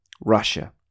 Russia